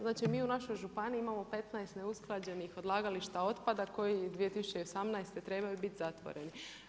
Znači mi u našoj županiji mamo 15 neusklađenih odlagališta otpada koji 2018. trebaju biti zatvoreni.